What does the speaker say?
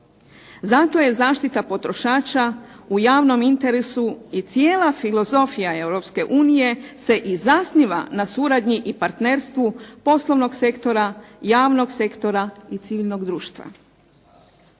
Zato je zaštita potrošača u javnom interesu i cijela filozofija Europske unije se i zasniva na suradnji i partnerstvu poslovnog sektora, javnog sektora i civilnog društva.